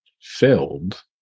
filled